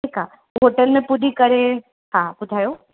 ठीकु आहे होटल में पुॼी करे हा ॿुधायो